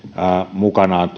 mukanaan